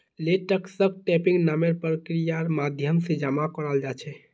लेटेक्सक टैपिंग नामेर प्रक्रियार माध्यम से जमा कराल जा छे